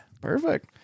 Perfect